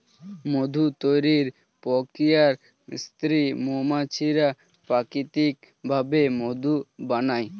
মধু তৈরির প্রক্রিয়ায় স্ত্রী মৌমাছিরা প্রাকৃতিক ভাবে মধু বানায়